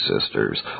sisters